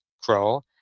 crow